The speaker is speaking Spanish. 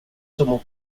somos